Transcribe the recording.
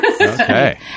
Okay